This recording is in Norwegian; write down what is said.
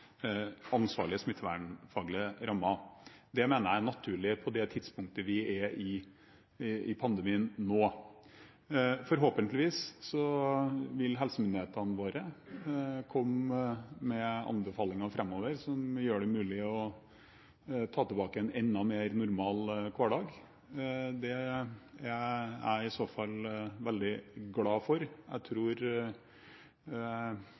ansvarlige, smittevernfaglige rammer. Det mener jeg er naturlig på det tidspunktet vi er i pandemien nå. Forhåpentligvis vil helsemyndighetene våre komme med anbefalinger framover som gjør det mulig å ta tilbake en enda mer normal hverdag. Det er jeg i så fall veldig glad for. Jeg